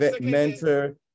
mentor